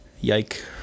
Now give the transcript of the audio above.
Yike